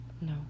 No